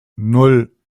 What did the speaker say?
nan